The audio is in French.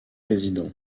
résident